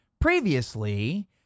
Previously